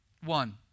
One